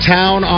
town